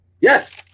Yes